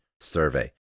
survey